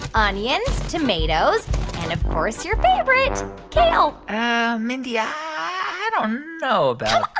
onions, tomatoes and of course, your favorite kale mindy, i i don't know about.